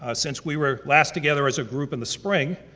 ah since we were last together as a group in the spring,